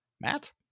matt